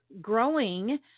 growing